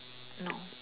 no